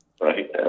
right